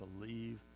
believe